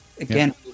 Again